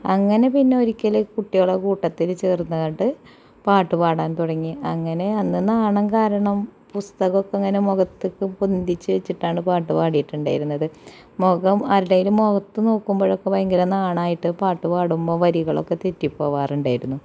അങ്ങനെ പിന്നെ ഒരിക്കൽ കുട്ടികളുടെ കൂട്ടത്തില് ചെറിയതായിട്ട് പാട്ട് പാടാൻ തുടങ്ങി അങ്ങനെ അന്ന് നാണം കാരണം പുസ്തകമൊക്കെ ഇങ്ങനെ മുഖത്തേക്ക് പൊന്തിച്ച് വച്ചിട്ടാണ് പാട്ട് പാടിയിട്ടുണ്ടായിരുന്നത് മുഖം ആരുടേലും മുഖത്ത് നോക്കുമ്പഴൊക്കെ ഭയങ്കര നാണമായിട്ട് പാട്ടുപാടുമ്പോൾ വരികളൊക്കെ തെറ്റി പോകാറുണ്ടായിരുന്നു